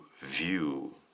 view